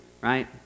right